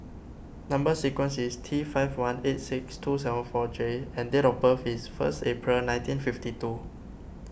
Number Sequence is T five one eight six two seven four J and date of birth is first April nineteen fifty two